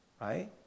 right